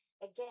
again